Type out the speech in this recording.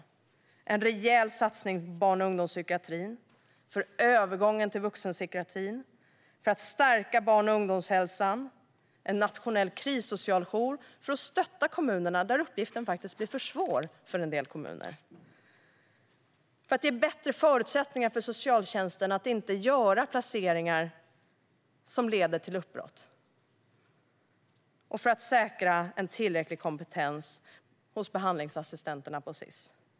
Vi vill göra en rejäl satsning på barn och ungdomspsykiatrin, för övergången till vuxenpsykiatrin, för att stärka barn och ungdomshälsan och på en nationell krissocialjour för att stötta kommunerna där uppgiften blir för svår för en del kommuner. Vi vill ge bättre förutsättningar för socialtjänsten att inte göra placeringar som leder till uppbrott och att säkra en tillräcklig kompetens på behandlingsassistenterna på SIS.